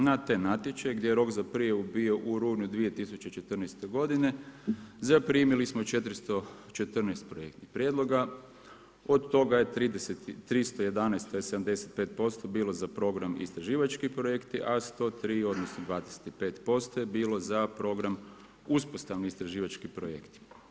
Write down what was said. Na taj natječaj gdje je rok za prijavu bio u rujnu 2014. godine, zaprimi smo 414 projektnih prijedloga, od toga je 311, to je 75% bilo za program Istraživački projekti, a 103, odnosno 25% je bilo program Uspostavni istraživački projekti.